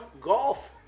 Golf